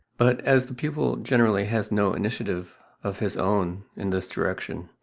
but as the pupil generally has no initiative of his own in this direction,